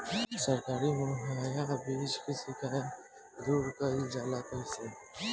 सरकारी मुहैया बीज के शिकायत दूर कईल जाला कईसे?